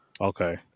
Okay